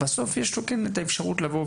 אבל בסוף יש לו את האפשרות להתבטא,